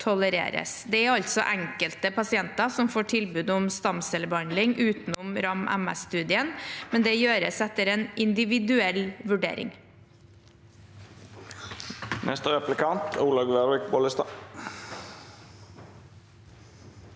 Det er altså enkelte pasienter som får tilbud om stamcellebehandling utenom RAM-MS-studien, men det gjøres etter en individuell vurdering. Olaug Vervik Bollestad